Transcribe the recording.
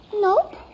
Nope